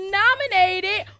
nominated